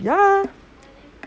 ya